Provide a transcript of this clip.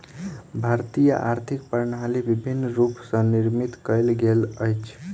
भारतीय आर्थिक प्रणाली विभिन्न रूप स निर्मित कयल गेल अछि